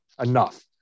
enough